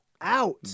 out